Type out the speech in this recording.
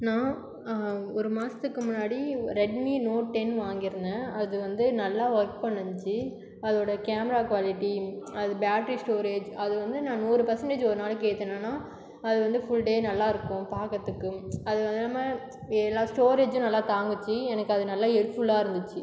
நான் ஒரு மாசத்துக்கு முன்னாடி ரெட்மி நோட் டென் வாங்கிருந்தேன் அது வந்து நல்லா ஒர்க் பண்ணுனுச்சி அதோட கேமரா குவாலிட்டி அது பேட்ரி ஸ்டோரேஜ் அது வந்து நான் நூறு பர்சன்ட்டேஜ் ஒரு நாளைக்கு ஏத்துனேன்னா அது வந்து ஃபுல் டே நல்லாருக்கும் பார்க்கறதுக்கும் அது இல்லாமல் எல்லா ஸ்டோரேஜும் நல்லா தாங்குச்சி எனக்கு அது நல்லா ஹெல்ப்ஃபுல்லாக இருந்துச்சு